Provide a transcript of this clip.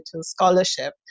scholarship